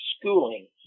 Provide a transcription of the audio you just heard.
Schooling